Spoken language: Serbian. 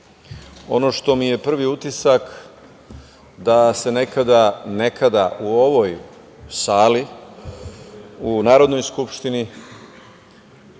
što mi je prvi utisak da se nekada u ovoj sali u Narodnoj skupštini